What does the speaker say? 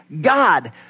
God